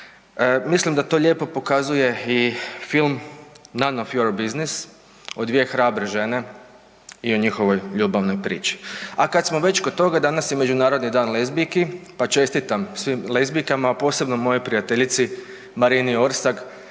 Mislim da to lijepo pokazuje film „None of your business“ o dvije hrabre žene i o njihovoj ljubavnoj priči. A kada smo već kod toga danas je Međunarodni dan lezbijki pa čestitam svim lezbijkama, posebno mojoj prijateljici Marini Orsak